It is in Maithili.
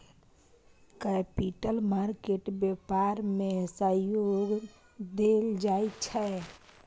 कैपिटल मार्केट व्यापार में सहयोग देल जाइ छै